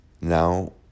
now